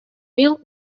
mil